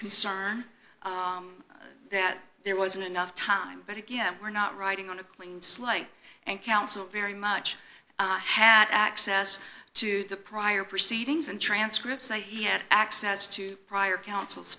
concern that there wasn't enough time but again we're not writing on a clean slate and counsel very much i had access to the prior proceedings and transcripts that he had access to prior coun